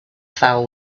fell